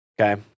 okay